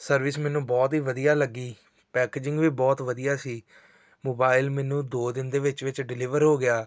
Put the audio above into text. service ਮੈਨੂੰ ਬਹੁਤ ਹੀ ਵਧੀਆ ਲੱਗੀ ਪੈਕਜਿੰਗ ਵੀ ਬਹੁਤ ਵਧੀਆ ਸੀ ਮੋਬਾਇਲ ਮੈਨੂੰ ਦੋ ਦਿਨ ਦੇ ਵਿੱਚ ਵਿੱਚ ਡਿਲੀਵਰ ਹੋ ਗਿਆ